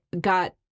got